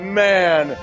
man